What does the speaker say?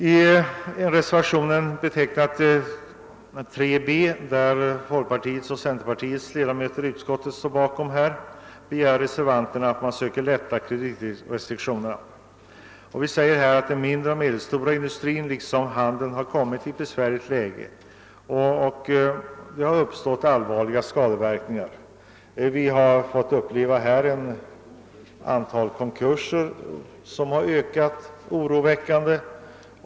I reservationen 3 b, bakom vilken står folkpartiets och centerpartiets ledamöter i utskottet, begär reservanterna en lättnad i kreditrestriktionerna. Vi säger att den mindre och medelstora industrin liksom handeln har kommit in i ett läge där det har uppstått allvarliga skadeverkningar. Ett oroväckande ökat antal konkurser har inträffat.